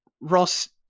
Ross